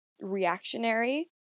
reactionary